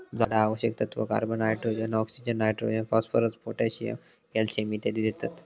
झाडा आवश्यक तत्त्व, carbon, hydrogen, oxygen, nitrogen, phosphorus, potassium, calcium इत्यादी देतत